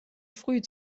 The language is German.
früh